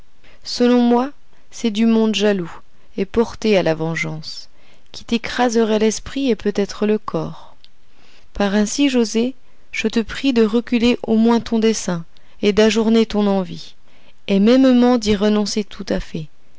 selon moi c'est du monde jaloux et porté à la vengeance qui t'écraserait l'esprit et peut-être le corps par ainsi joset je te prie de reculer au moins ton dessein et d'ajourner ton envie et mêmement d'y renoncer tout à fait